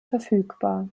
verfügbar